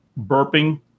burping